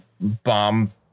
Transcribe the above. bomb